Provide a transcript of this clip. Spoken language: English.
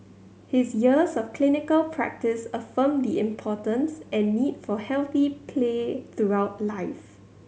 his years of clinical practice affirmed the importance and need for healthy play throughout life